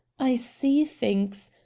i see things,